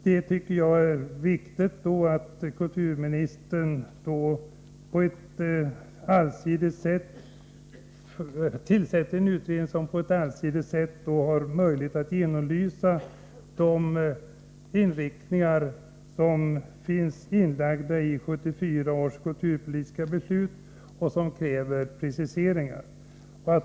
Jag tycker det är viktigt att regeringen tillsätter en utredning som på ett allsidigt sätt har möjlighet att genomlysa de inriktningar som har antagits i 1974 års kulturpolitiska beslut och som kräver preciseringar.